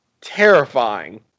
terrifying